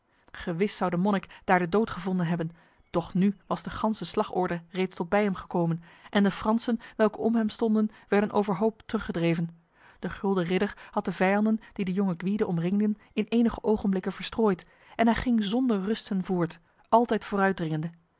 zou de monnik daar de dood gevonden hebben doch nu was de ganse slagorde reeds tot bij hem gekomen en de fransen welke om hem stonden werden overhoop teruggedreven de gulden ridder had de vijanden die de jonge gwyde omringden in enige ogenblikken verstrooid en hij ging zonder rusten voort altijd